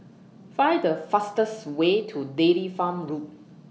Find The fastest Way to Dairy Farm Road